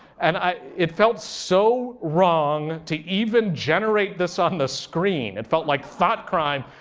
and it felt so wrong to even generate this on the screen. it felt like thought crime.